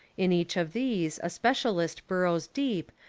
in each of these a specialist burrows deep,